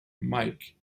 mike